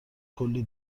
کلی